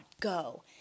go